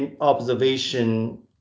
observation